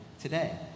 today